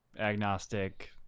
agnostic